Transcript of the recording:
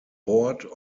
board